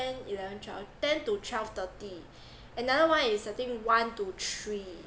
ten eleven twelve ten to twelve thirty another one is I think one to three